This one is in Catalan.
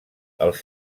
els